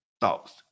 Thoughts